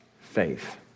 faith